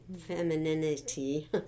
femininity